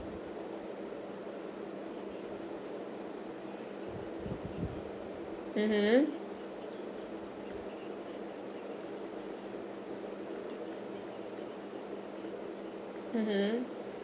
mmhmm mmhmm